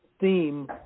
theme